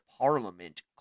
parliament